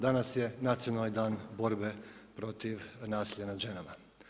Danas je Nacionalni dan borbe protiv nasilja nad ženama.